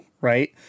Right